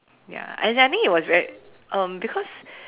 ya as in I think it was very um because